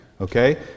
Okay